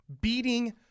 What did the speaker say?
beating